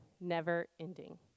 never-ending